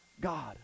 God